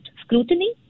scrutiny